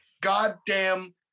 goddamn